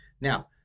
now